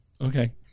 Okay